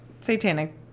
satanic